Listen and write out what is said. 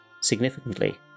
significantly